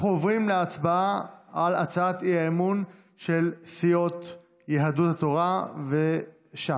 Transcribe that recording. אנחנו עוברים להצבעה על הצעת האי-אמון של סיעות יהדות התורה וש"ס.